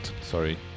sorry